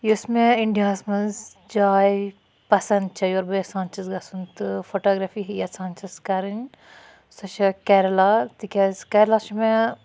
یۄس مےٚ اِنڈیاہَس مَنٛز جاے پَسَنٛد چھےٚ یور بہٕ یژھان چھَس گَژھُن تہٕ فوٹوگریفی یَژھان چھَس کَرٕنۍ سۄ چھےٚ کیرلا تکیازِ کیرلا چھُ مےٚ